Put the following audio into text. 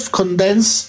condense